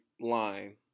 line